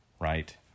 Right